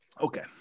okay